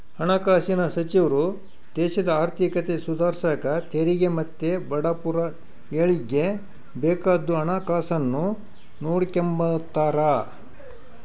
ಹಣಕಾಸಿನ್ ಸಚಿವ್ರು ದೇಶದ ಆರ್ಥಿಕತೆ ಸುಧಾರ್ಸಾಕ ತೆರಿಗೆ ಮತ್ತೆ ಬಡವುರ ಏಳಿಗ್ಗೆ ಬೇಕಾದ್ದು ಹಣಕಾಸುನ್ನ ನೋಡಿಕೆಂಬ್ತಾರ